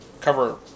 cover